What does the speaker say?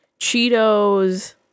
Cheetos